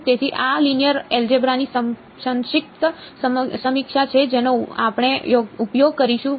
તેથી આ linear algebra ની સંક્ષિપ્ત સમીક્ષા છે જેનો આપણે ઉપયોગ કરીશું